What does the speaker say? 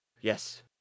Yes